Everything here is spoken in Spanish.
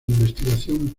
investigación